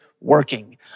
working